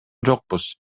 жокпуз